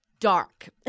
dark